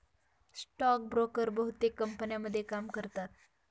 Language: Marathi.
स्टॉक ब्रोकर बहुतेक कंपन्यांमध्ये काम करतात